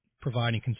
providing